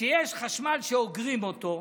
שיש חשמל שאוגרים אותו.